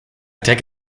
take